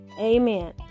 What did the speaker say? Amen